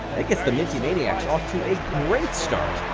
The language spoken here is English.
that gets the minty maniacs off to a great start.